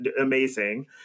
amazing